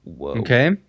Okay